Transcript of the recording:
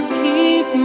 keep